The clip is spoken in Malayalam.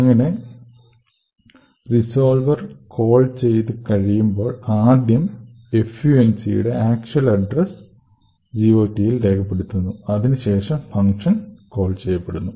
അങ്ങിനെ റിസോൾവെർ കോൾ ചെയ്ത കഴിയുമ്പോൾ ആദ്യം func ന്റെ ആക്ച്വൽ അഡ്രസ് GOT ൽ രേഖപ്പെടുത്തുന്നു അതിനു ശേഷം ഫങ്ഷൻ കോൾ ചെയ്യപ്പെടുന്നു